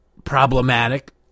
problematic